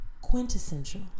quintessential